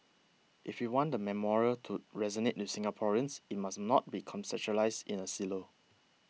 if we want the memorial to resonate with Singaporeans it must not be conceptualised in a silo